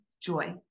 joy